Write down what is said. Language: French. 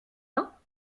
dents